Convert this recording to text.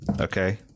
Okay